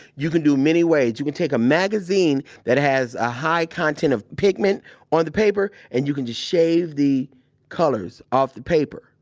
you can do many ways. you can take a magazine that has a high content of pigment on the paper and you can just shave the colors off the paper,